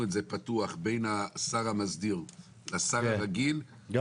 את זה פתוח בין השר המסדיר לשר הרגיל,